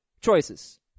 choices